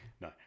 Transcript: no